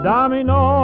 Domino